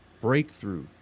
Breakthrough